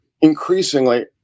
increasingly